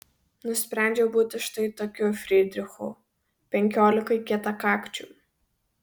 nusprendžiau būti štai tokiu frydrichu penkiolikai kietakakčių